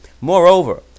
Moreover